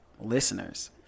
listeners